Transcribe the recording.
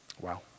Wow